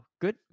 Good